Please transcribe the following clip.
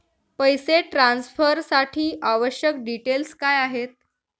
पैसे ट्रान्सफरसाठी आवश्यक डिटेल्स काय आहेत?